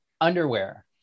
Underwear